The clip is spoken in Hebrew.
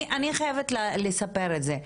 אני חייבת לספר את זה,